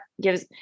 gives